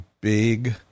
big